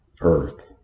Earth